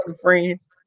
friends